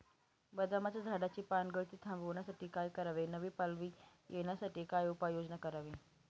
बदामाच्या झाडाची पानगळती थांबवण्यासाठी काय करावे? नवी पालवी येण्यासाठी काय उपाययोजना करावी?